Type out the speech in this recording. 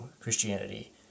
Christianity